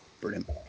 Brilliant